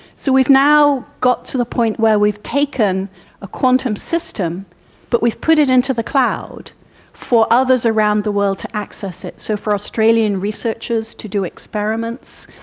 so we've now got to the point where we've taken a quantum system but we've put it into the cloud for others around the world to access it, so for australian researchers to do experiments,